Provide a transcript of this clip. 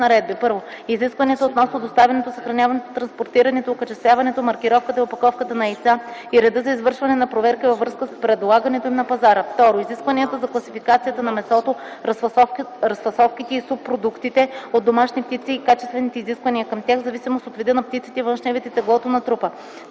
1. изискванията относно доставянето, съхраняването, транспортирането, окачествяването, маркировката и опаковката на яйца и реда за извършване на проверки във връзка с предлагането им на пазара; 2. изискванията за класификацията на месото, разфасовките и субпродуктите от домашни птици и качествените изисквания към тях в зависимост от вида на птиците, външния вид и теглото на трупа;